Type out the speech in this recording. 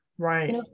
right